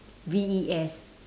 V E S